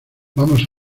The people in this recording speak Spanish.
vamos